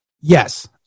Yes